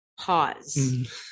pause